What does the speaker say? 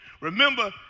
remember